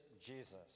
Jesus